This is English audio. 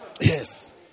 Yes